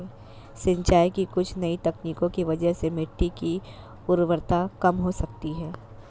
सिंचाई की कुछ नई तकनीकों की वजह से मिट्टी की उर्वरता कम हो सकती है